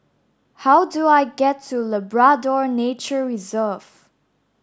how do I get to Labrador Nature Reserve